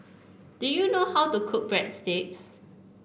do you know how to cook Breadsticks